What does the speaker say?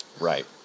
right